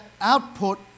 output